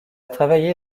travaillé